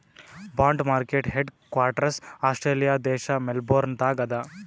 bond market headquarters Australia ದೇಶ್ Melbourne ದಾಗ್ ಅದಾ